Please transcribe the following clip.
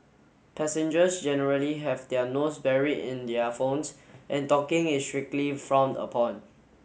passengers generally have their nose buried in their phones and talking is strictly frowned upon